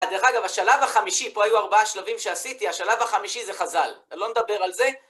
דרך אגב, השלב החמישי, פה היו ארבעה שלבים שעשיתי, השלב החמישי זה חז"ל, לא נדבר על זה.